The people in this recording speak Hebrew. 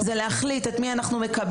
זה להחליט את מי אנחנו מקבלים,